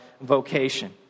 vocation